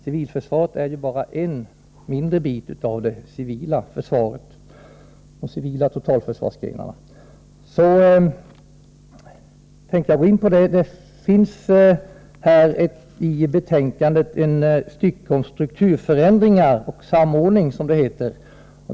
Civilförsvaret är ju bara en mindre del av de civila totalförsvarsgrenarna. Det finns i betänkandet ett stycke om Strukturförändringar och samordning, som det heter.